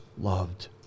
loved